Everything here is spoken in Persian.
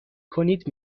کنید